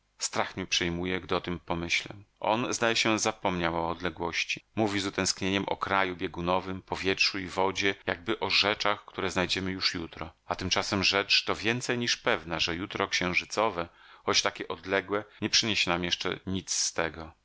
strach mnie przejmuje gdy o tem pomyślę on zdaje się zapomniał o odległości mówi z utęsknieniem o kraju biegunowym powietrzu i wodzie jakby o rzeczach które znajdziemy już jutro a tymczasem rzecz to więcej niż pewna że jutro księżycowe choć takie odległe nie przyniesie nam jeszcze nic z tego